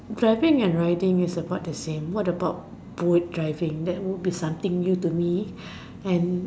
driving and riding is about the same what about boat driving that would be something new to me and